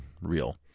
real